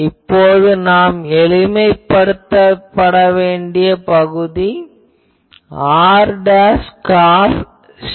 இப்போது நான் எளிமைப்படுத்த வேண்டிய பகுதி r காஸ் phi